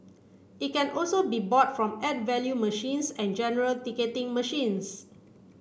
it can also be bought from add value machines and general ticketing machines